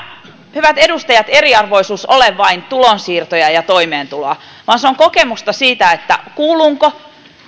hyvät edustajat eriarvoisuus ole vain tulonsiirtoja ja toimeentuloa vaan se on kokemusta siitä kuulunko